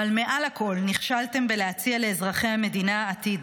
אבל מעל הכול נכשלתם בלהציע לאזרחי המדינה עתיד.